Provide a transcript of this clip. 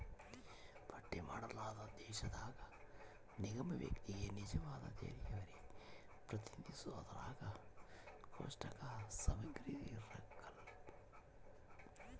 ಪಟ್ಟಿ ಮಾಡಲಾದ ದೇಶದಾಗ ನಿಗಮ ವ್ಯಕ್ತಿಗೆ ನಿಜವಾದ ತೆರಿಗೆಹೊರೆ ಪ್ರತಿನಿಧಿಸೋದ್ರಾಗ ಕೋಷ್ಟಕ ಸಮಗ್ರಿರಂಕಲ್ಲ